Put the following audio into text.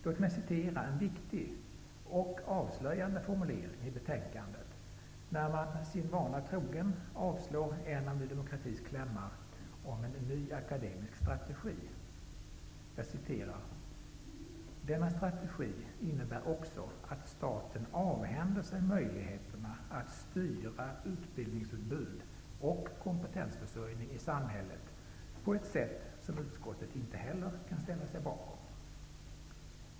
Låt mig citera en viktig och avslöjande formulering i betänkandet, där man sin vana trogen avstyrker en av Ny demokratis yrkanden om en ny akademisk strategi: ''Den innebär också att staten avhänder sig möjligheterna att styra utbildningsutbud och kompetensförsörjning i samhället på ett sätt som utskottet inte heller kan ställa sig bakom.''